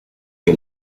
que